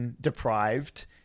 deprived